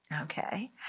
Okay